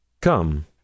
Come